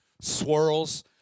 swirls